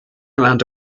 amount